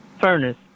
furnace